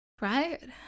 Right